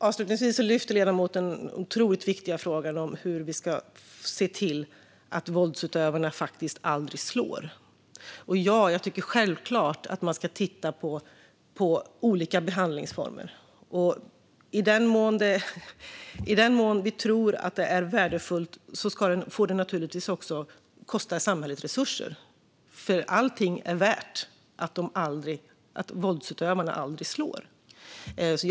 Avslutningsvis lyfter ledamoten den otroligt viktiga frågan om hur vi ska se till att våldsutövarna faktiskt aldrig slår igen. Ja, jag tycker självklart att man ska titta på olika behandlingsformer. I den mån vi tror att det är värdefullt får det naturligtvis också kosta samhällets resurser, för det är värt allting att våldsutövarna aldrig slår igen.